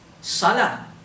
Salah